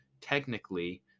technically